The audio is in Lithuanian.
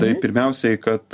tai pirmiausiai kad